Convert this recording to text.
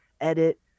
edit